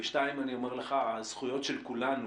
ושניים אני אומר לך, הזכויות של כולנו